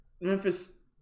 memphis